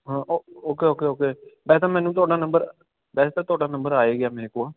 ਹਾਂ ਓ okay okay okay ਵੈਸੇ ਤਾਂ ਮੈਨੂੰ ਤੁਹਾਡਾ ਨੰਬਰ ਵੈਸੇ ਤਾਂ ਤੁਹਾਡਾ ਨੰਬਰ ਆ ਏ ਗਿਆ ਮੇਰੇ ਕੋਲ